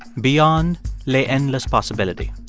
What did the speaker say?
beyond lay endless possibility